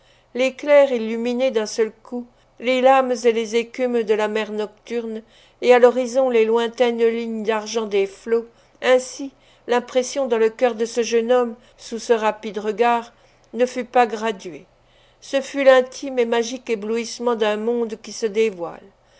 l'éclair illumine d'un seul coup les lames et les écumes de la mer nocturne et à l'horizon les lointaines lignes d'argent des flots ainsi l'impression dans le cœur de ce jeune homme sous ce rapide regard ne fut pas graduée ce fut l'intime et magique éblouissement d'un monde qui se dévoile